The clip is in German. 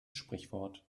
sprichwort